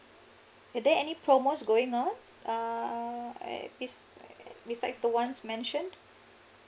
is there any promos going uh be~ besides the ones mentioned